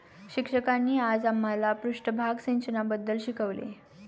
शिक्षकांनी आज आम्हाला पृष्ठभाग सिंचनाबद्दल शिकवले